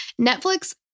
Netflix